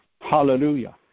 Hallelujah